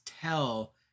tell